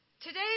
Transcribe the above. Today